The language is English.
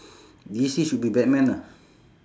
D_C should be batman ah